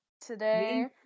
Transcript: Today